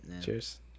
Cheers